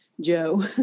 Joe